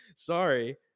Sorry